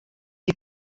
die